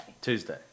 Tuesday